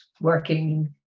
working